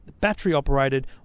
battery-operated